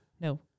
No